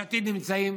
יש עתיד נמצאים,